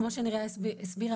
כמו שנריה הסבירה,